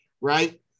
right